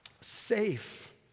safe